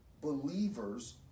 believers